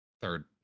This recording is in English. third